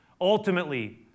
ultimately